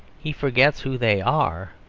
he forgets who they are,